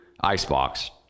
icebox